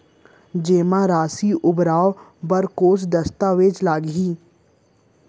जेमा राशि उबार बर कोस दस्तावेज़ लागही?